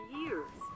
years